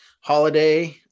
holiday